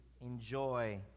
enjoy